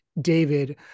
David